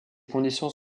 conditions